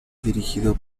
dirigido